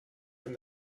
from